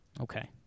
Okay